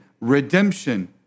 redemption